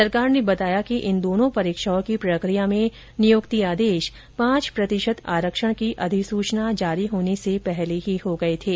सरकार ने बताया कि इन दोनों परीक्षाओं की प्रकिया में नियुक्ति आदेश पांच प्रतिशत आरक्षण की अधिसूचना जारी होने से पहले ही हो गए थे